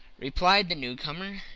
replied the newcomer,